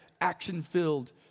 action-filled